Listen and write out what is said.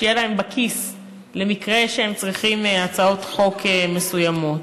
שיהיה להם בכיס למקרה שהם צריכים הצעות חוק מסוימות.